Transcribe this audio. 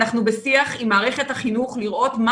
אנחנו בשיח עם מערכת החינוך לראות מה